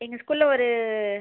எங்கள் ஸ்கூலில் ஒரு